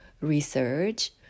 research